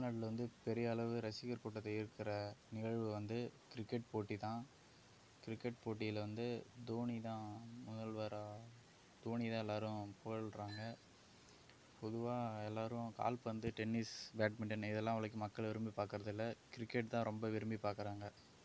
தமிழ்நாட்டில் வந்து பெரிய அளவு ரசிகர் கூட்டத்தை ஈர்க்கிற நிகழ்வு வந்து கிரிக்கெட் போட்டி தான் கிரிக்கெட் போட்டியில் வந்து தோனி தான் முதல்வராக தோனி தான் எல்லாேரும் புகழ்கிறாங்க பொதுவாக எல்லாேரும் கால்பந்து டென்னிஸ் பேட்மிட்டன் இதெல்லாம் அவ்வளோக்கு மக்கள் விரும்பி பார்க்குறது இல்லை கிரிக்கெட் தான் ரொம்ப விரும்பி பார்க்குறாங்க